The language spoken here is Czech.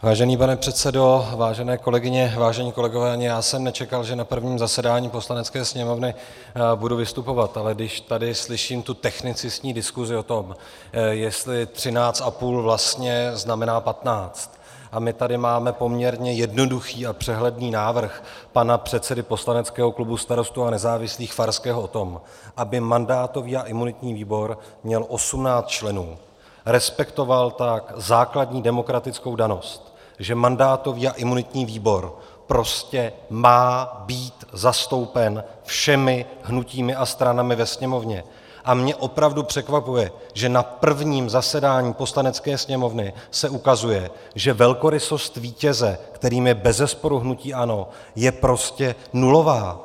Vážený pane předsedo, vážené kolegyně, vážení kolegové, ani já jsem nečekal, že na prvním zasedání Poslanecké sněmovny budu vystupovat, ale když tady slyším tu technicistní diskuzi o tom, jestli 13,5 vlastně znamená 15, a my tady máme poměrně jednoduchý a přehledný návrh pana předsedy poslaneckého klubu Starostů a nezávislých Farského o tom, aby mandátový a imunitní výbor měl 18 členů, respektoval tak základní demokratickou danou, že mandátový a imunitní výbor prostě má být zastoupen všemi hnutími a stranami ve Sněmovně, a mně opravdu překvapuje, že na prvním zasedání Poslanecké sněmovny se ukazuje, že velkorysost vítěze, kterým je bezesporu hnutí ANO, je prostě nulová!